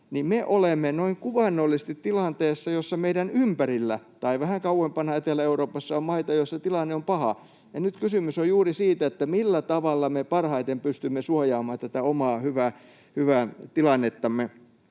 me olemme noin kuvaannollisesti tilanteessa, jossa meidän ympärillä tai vähän kauempana Etelä-Euroopassa on maita, joissa tilanne on paha. Ja nyt kysymys on juuri siitä, että millä tavalla me parhaiten pystymme suojaamaan tätä omaa hyvää tilannettamme.